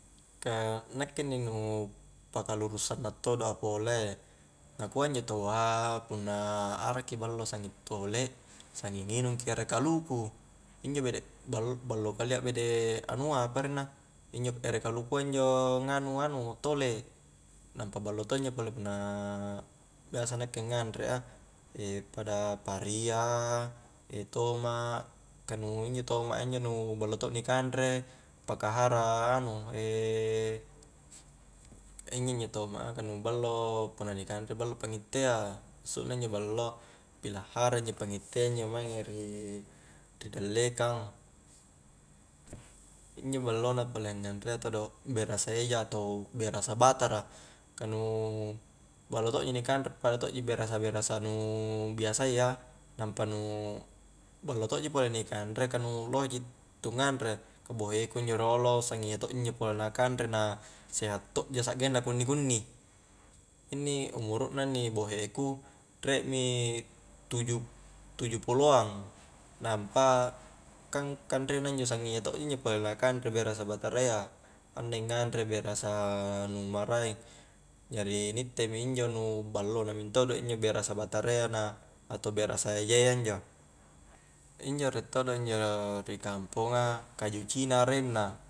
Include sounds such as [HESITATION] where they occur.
Ka akke inni pa kaluru sanna todo a pole nakua injo taua punna arakki ballo sanging tole sanging nginung ki ere kaluku, injo bede bal-ballo kalia bede anua apa arenna ere kalukua injo nganu-anu tole nampa ballo to injo pole punna biasa nakke nganre a pada paria [HESITATION] toma' ka injo toma' a injo nu balo to ni kanre paka hara anu [HESITATION] injo-njo toma' aka nu ballo punna ni kanre ballo pangittea massuna injo ballo pila hara injo pangittea injo mange ri dellekang injo ballo na pole nganrea odo, berasa eja atau berasa batara ka nu ballo to ji ni kanre pada to'ji berasa-berasa nu biasayya, nampa nu ballo to'ji pole ni kanre ka nu lohe ji tu nganre ka boheku injo riolo sanging iya tonji injo pole na kanre na seha' to ji saggenna kuni-kunni inni umuru na inni bohe ku riek mi tuju-tuju puloang nampa kang kanre na injo sanging iya to ji injo pole na kanre berasa batarayya anda i nganre berasa nu maraeng jadi ni ittemi injo nu ballo na mentodo injo berasa batara iya na atau berasa ejeyya injo injo riek todo injo ri kamponga kaju cina areng na